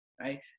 right